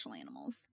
animals